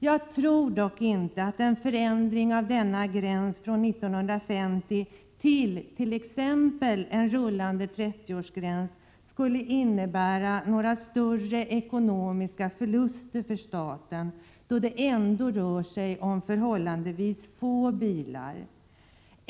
Jag tror dock inte att en förändring av denna gräns från 1950 till t.ex. en rullande 30-årsgräns skulle innebära några större ekonomiska förluster för staten då det rör sig om förhållandevis få bilar.